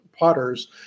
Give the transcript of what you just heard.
Potters